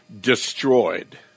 destroyed